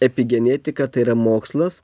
epigenetika tai yra mokslas